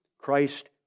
Christ